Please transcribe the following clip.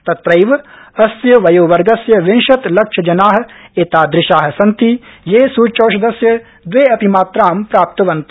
तत्रैव अस्य वयोवर्गस्य विंशत् लक्ष जना एतादृशा सन्ति ये सूच्यौषधस्य दवे अपि मात्रां प्राप्तवन्त